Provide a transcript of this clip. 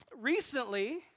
Recently